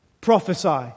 prophesy